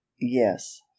yes